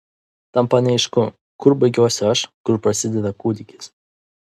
tampa neaišku kur baigiuosi aš kur prasideda kūdikis